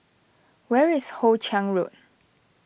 where is Hoe Chiang Road